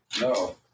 No